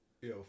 Yo